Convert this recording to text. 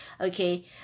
Okay